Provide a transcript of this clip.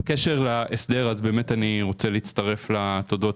בקשר להסדר, אני רוצה להצטרף לתודות.